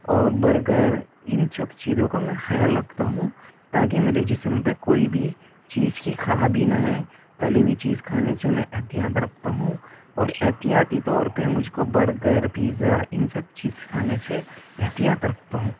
اور برگر ان سب چیزوں کا میں خیال رکھتا ہوں تاکہ میرے جسم پہ کوئی بھی چیز کی خرابی نہ آئے تلی ہوئی چیز سے میں احتیاط رکھتا ہوں اور احتیاطی طور پہ مجھ کو برگر پیتزا ان سب چیز کھانے سے احتیاط رکھتا ہوں